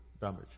damage